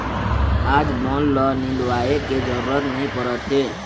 आज बन ल निंदवाए के जरूरत नइ परत हे